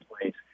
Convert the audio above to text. place